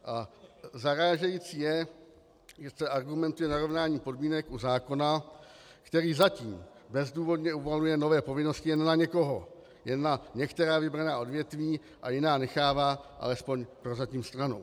A zarážející je, že jsou zde argumenty o narovnání podmínek u zákona, který zatím bezdůvodně uvaluje nové povinnosti jen na někoho, jen na některá vybraná odvětví, a jiná nechává alespoň prozatím stranou.